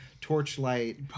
Torchlight